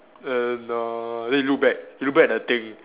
and err then he look back he look back at the thing